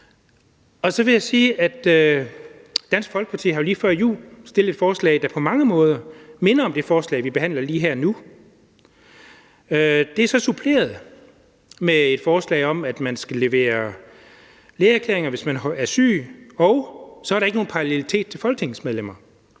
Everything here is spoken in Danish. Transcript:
Dansk Folkeparti lige før jul fremsatte et forslag, der på mange måder minder om det forslag, vi behandler lige her og nu. Det er så suppleret med et forslag om, at man skal levere lægeerklæringer, hvis man er syg, og så er der ikke nogen parallelitet til folketingsmedlemmer.